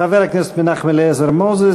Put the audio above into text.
חבר הכנסת מנחם אליעזר מוזס,